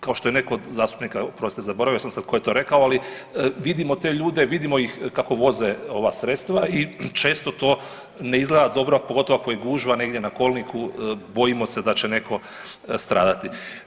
Kao što je netko od zastupnika, oprostite zaboravio sam sad tko je to rekao, ali vidimo te ljude, vidimo kako voze ova sredstva i često to ne izgleda dobro pogotovo ako je gužva negdje na kolniku, bojimo se da će netko stradati.